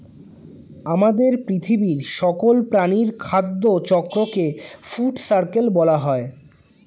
আমাদের পৃথিবীর সকল প্রাণীর খাদ্য চক্রকে ফুড সার্কেল বলা হয়